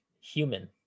human